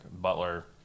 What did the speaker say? Butler